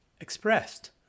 expressed